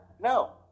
No